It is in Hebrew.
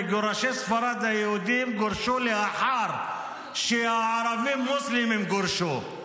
מגורשי ספרד היהודים גורשו לאחר שהערבים המוסלמים גורשו.